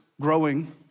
growing